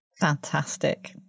Fantastic